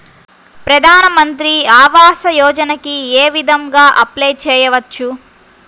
ప్రధాన మంత్రి ఆవాసయోజనకి ఏ విధంగా అప్లే చెయ్యవచ్చు?